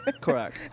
correct